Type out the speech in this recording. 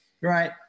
right